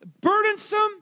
burdensome